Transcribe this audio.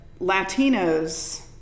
Latinos